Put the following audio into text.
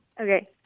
Okay